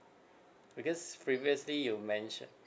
because previously you mentioned